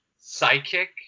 psychic